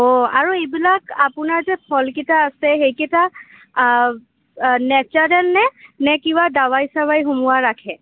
অঁ আৰু এইবিলাক আপোনাৰ যে ফলকেইটা আছে সেইকেইটা আ আ নেচাৰেল নে নে কিবা দাৱাই চাৱাই সুমুৱাই ৰাখে